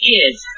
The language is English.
Kids